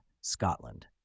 Scotland